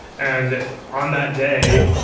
and on that day,